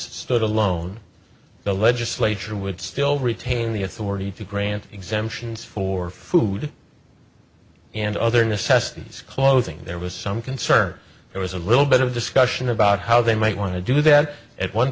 stood alone the legislature would still retain the authority to grant exemptions for food and other necessities clothing there was some concern there was a little bit of discussion about how they might want to do that at one